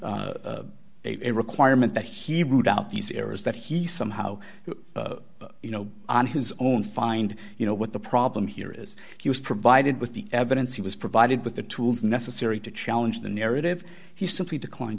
a requirement that he ruled out these errors that he somehow you know on his own find you know what the problem here is he was provided with the evidence he was provided with the tools necessary to challenge the narrative he simply decline